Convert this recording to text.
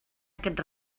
aquest